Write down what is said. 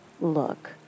Look